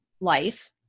life